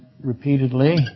repeatedly